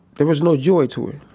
there was no joy to it.